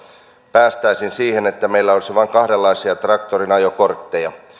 päästäisiin siihen että meillä olisi vain kahdenlaisia traktorin ajokortteja